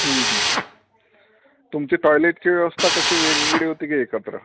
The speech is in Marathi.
तुमच्या टॉयलेटची व्यवस्था कशी वेगवेगळी होती की एकत्र